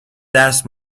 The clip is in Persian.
دست